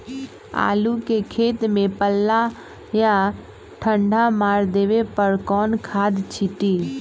आलू के खेत में पल्ला या ठंडा मार देवे पर कौन खाद छींटी?